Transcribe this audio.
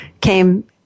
came